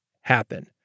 happen